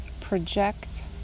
project